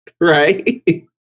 right